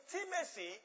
intimacy